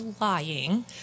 lying